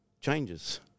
changes